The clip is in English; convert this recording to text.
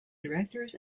directors